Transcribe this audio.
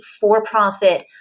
for-profit